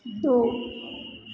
दो